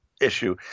issue